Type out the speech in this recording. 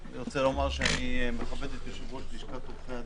אני מכבד את יושב-ראש לשכת עורכי הדין,